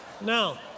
Now